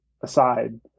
aside